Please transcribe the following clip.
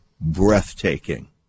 breathtaking